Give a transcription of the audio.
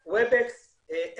וובקס,